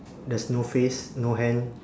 there's no face no hand